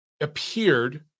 appeared